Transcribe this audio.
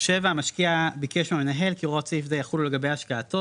המשקיע ביקש מהמנהל כי הוראות סעיף זה יחולו לגבי השקעתו,